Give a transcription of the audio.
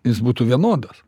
jis būtų vienodas